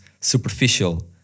superficial